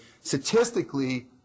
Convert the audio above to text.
statistically